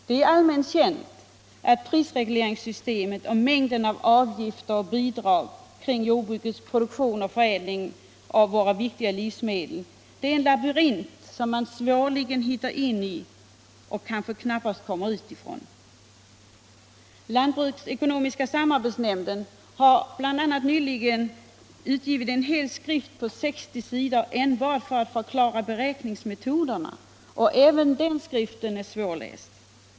Det är allmänt känt att prisregleringssystemet och mängden av avgifter och bidrag kring jordbrukets produktion och förädling av våra viktiga livsmedel är en labyrint som man svårligen hittar in i och kanske knappast kommer ut ifrån. Lantbruksekonomiska samarbetsnämnden har bl.a. nyligen utgivit en hel skrift på 60 sidor för att förklara beräkningsmetoderna, och även den skriften är svårläst.